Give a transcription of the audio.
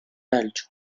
belgio